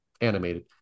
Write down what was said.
animated